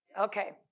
Okay